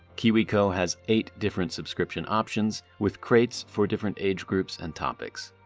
kiwico has eight different subscription options, with crates for different age groups and topics.